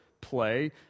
play